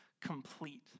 complete